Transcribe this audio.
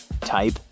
Type